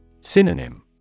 Synonym